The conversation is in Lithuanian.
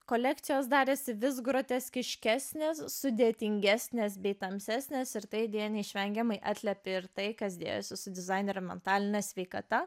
kolekcijos darėsi vis groteskiškesnė sudėtingesnės bei tamsesnės ir tai deja neišvengiamai atliepia ir tai kas dėjosi su dizainerio mentaline sveikata